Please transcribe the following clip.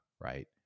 right